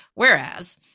Whereas